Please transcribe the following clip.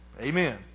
Amen